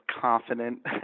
confident